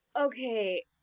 Okay